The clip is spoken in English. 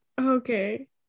okay